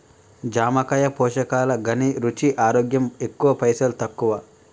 జామకాయ పోషకాల ఘనీ, రుచి, ఆరోగ్యం ఎక్కువ పైసల్ తక్కువ